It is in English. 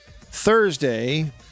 Thursday